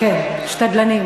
כן, שתדלנים.